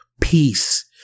peace